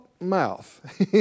mouth